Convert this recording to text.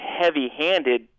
heavy-handed